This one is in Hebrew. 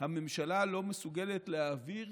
הממשלה לא מסוגלת להעביר